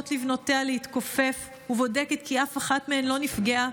לבנותיה להתכופף ובודקת כי אף אחת מהן לא נפגעה,